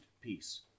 peace